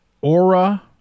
aura